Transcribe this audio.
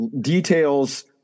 details